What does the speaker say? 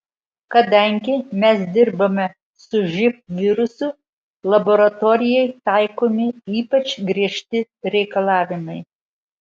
kadangi mes dirbame su živ virusu laboratorijai taikomi ypač griežti reikalavimai